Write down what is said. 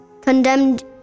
condemned